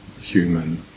human